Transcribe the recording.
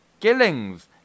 Gillings